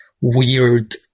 weird